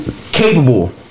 capable